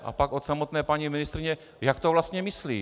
A pak od samotné paní ministryně jak to vlastně myslí?